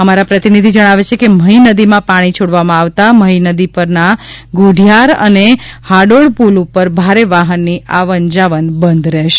અમારા પ્રતિનિધી જણાવે છે કે મહી નદીમાં પાણી છોડવામાં આવતા મહી નદી પરના ગોઢીયાર અને ડાડોળ પૂલ ઉપર ભારે વાહનની આવનજાવન બંધ રહેશે